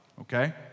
okay